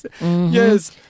yes